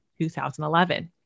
2011